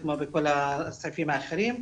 ובסעיפים אחרים,